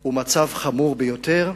הגענו הוא מצב חמור ביותר.